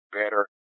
better